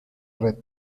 red